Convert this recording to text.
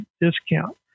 discount